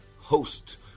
host